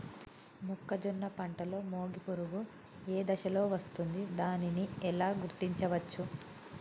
మొక్కజొన్న పంటలో మొగి పురుగు ఏ దశలో వస్తుంది? దానిని ఎలా గుర్తించవచ్చు?